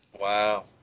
Wow